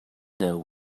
know